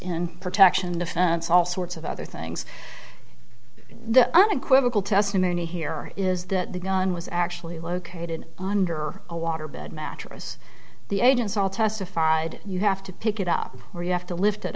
in protection the fence all sorts of other things the unequivocal testimony here is that the gun was actually located under a waterbed mattress the agents all testified you have to pick it up or you have to lift it